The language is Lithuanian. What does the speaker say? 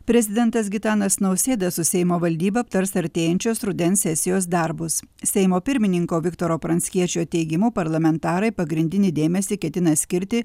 prezidentas gitanas nausėda su seimo valdyba aptars artėjančios rudens sesijos darbus seimo pirmininko viktoro pranckiečio teigimu parlamentarai pagrindinį dėmesį ketina skirti